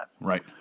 Right